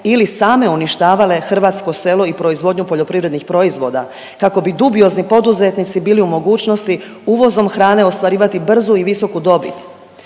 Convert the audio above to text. ili same uništavale hrvatsko selo i proizvodnju poljoprivrednih proizvoda kako bi dubiozni poduzetnici bili u mogućnosti uvozom hrane ostvarivati brzu i visoku dobit.